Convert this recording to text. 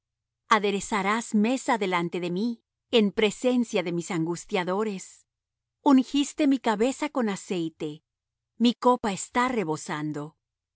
aderezarás mesa delante de mí en presencia de mis angustiadores ungiste mi cabeza con aceite mi copa está rebosando